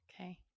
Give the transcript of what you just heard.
Okay